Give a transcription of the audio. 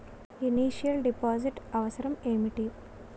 Initial deposit అవసరం ఏమిటి?